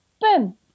boom